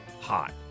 hot